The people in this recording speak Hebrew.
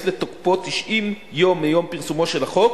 לתוקפו 90 יום מיום פרסומו של החוק,